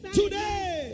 today